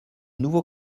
nouveau